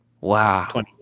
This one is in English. Wow